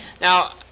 Now